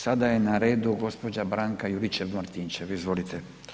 Sada je na redu gđa. Branka Juričev-Martinčev, izvolite.